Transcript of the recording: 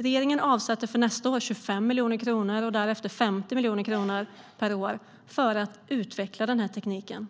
Regeringen avsätter för nästa år 25 miljoner kronor och därefter 50 miljoner kronor per år för att utveckla den tekniken.